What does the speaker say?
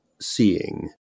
seeing